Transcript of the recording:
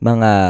Mga